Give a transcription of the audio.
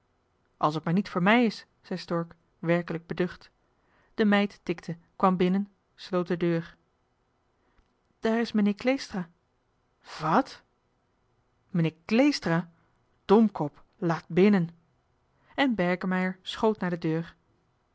als t maar niet voor mij is zei stork werkelijk beducht de meid tikte kwam binnen sloot de deur daar is menheer kleestra wat meneer kleestra domkop laat dan toch binnen en berkemeier schoot naar de deur